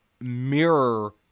mirror